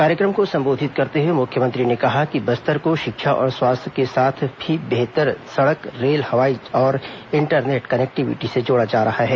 कार्यक्रम को संबोधित करते हुए मुख्यमंत्री ने कहा कि बस्तर को षिक्षा और स्वास्थ्य के साथ ही बेहतर सड़क रेल हवाई और इंटरनेट कनेक्टिविटी से जोड़ा जा रहा है